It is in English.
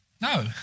No